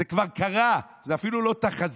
זה כבר קרה, זו אפילו לא תחזית.